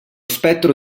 spettro